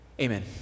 Amen